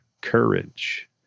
courage